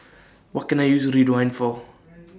What Can I use Ridwind For